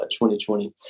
2020